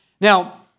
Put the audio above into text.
Now